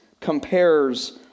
compares